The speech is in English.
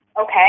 Okay